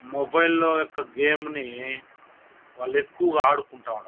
మొబైల్లో యొక్క గేమ్ని వాళ్ళెక్కువగా ఆడుకుంటూ ఉండారు